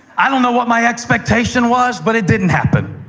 i don't know what my expectation was, but it didn't happen.